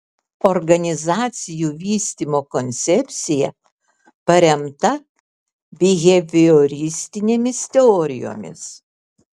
organizacijų vystymo koncepcija paremta bihevioristinėmis teorijomis